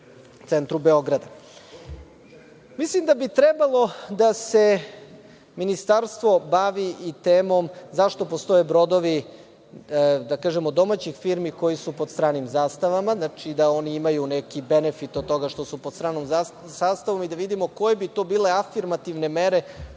centru Beograda. Mislim da bi trebalo da se Ministarstvo bavi i temom, zašto postoje brodovi domaćih firmi koji su pod stranim zastavama. Znači da oni imaju neki benefit od toga što su pod stranom zastavom i da vidimo koje bi to bile afirmativne mere